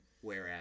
whereas